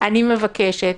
אני מבקשת,